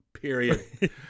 period